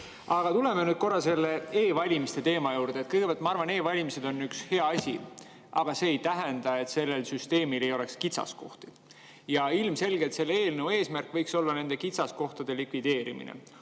Aga tuleme nüüd korra e‑valimiste teema juurde. Ma arvan, et e‑valimised on üks hea asi, aga see ei tähenda, et sellel süsteemil ei ole kitsaskohti. Ilmselgelt võiks selle eelnõu eesmärk olla nende kitsaskohtade likvideerimine.